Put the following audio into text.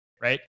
Right